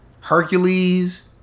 Hercules